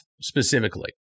specifically